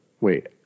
wait